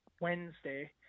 Wednesday